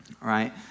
Right